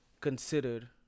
considered